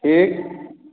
ठीक